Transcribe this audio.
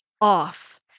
off